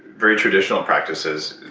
very traditional practices,